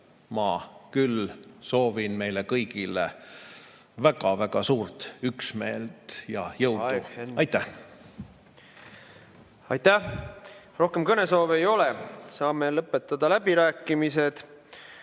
küll meile kõigile väga-väga suurt üksmeelt ja jõudu. Aitäh! Aitäh! Rohkem kõnesoove ei ole, saame lõpetada läbirääkimised.